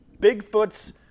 Bigfoot's